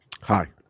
Hi